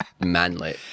manly